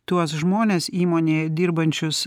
tuos žmones įmonėje dirbančius